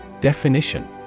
definition